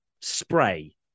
spray